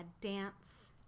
dance